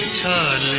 toug